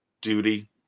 duty